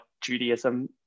Judaism